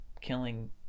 killing